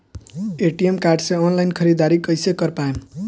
ATM card से online ख़रीदारी कइसे कर पाएम?